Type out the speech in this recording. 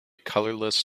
colorless